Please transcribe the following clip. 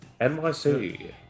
NYC